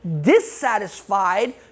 dissatisfied